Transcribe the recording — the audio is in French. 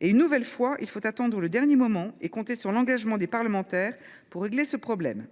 Une nouvelle fois, il aura fallu attendre le dernier moment et compter sur l’engagement des parlementaires pour régler ce problème.